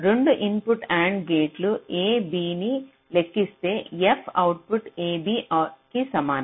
2 input and gate a b ని లెక్కిస్తే f output a b కి సమానం